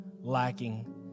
lacking